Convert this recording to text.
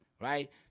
Right